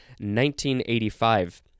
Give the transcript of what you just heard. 1985